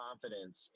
confidence